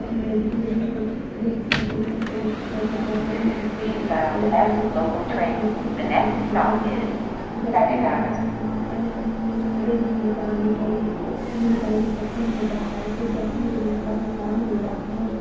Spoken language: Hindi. हमारे जितने भी दोस्त सब लोग रहते हैं वो ज़्यादा कहने लगते हैं तो खा लेते हैं और बहुत ही मस्ती करते हैं और दुर्गा जी के दसवें दिन माता नौंवे दिन माता रानी का ये होता है विसर्जन हो जाता है फिर दसवें दिन उनका भसान हो जाता है